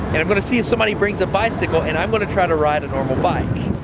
and i'm gonna see if somebody brings a bicycle and i'm gonna try to ride a normal bike.